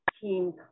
team